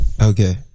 Okay